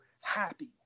happy